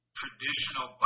traditional